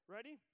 Ready